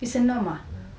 it's a norm ah